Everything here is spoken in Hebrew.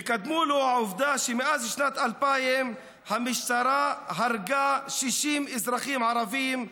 וקדמה לו העובדה שמאז שנת 2000 המשטרה הרגה 60 אזרחים ערבים,